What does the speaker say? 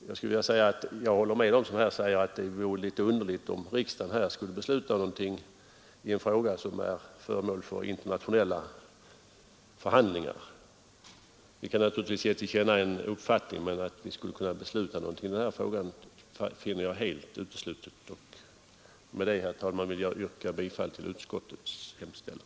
Jag håller med dem som säger att det vore underligt om riksdagen skulle, som reservanterna vill, besluta något i en fråga som är föremål för internationella förhandlingar. Vi kan naturligtvis ge till känna en uppfattning, men att vi skall besluta något finner jag helt uteslutet. Med detta yrkar jag bifall till utskottets hemställan.